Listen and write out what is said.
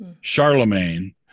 Charlemagne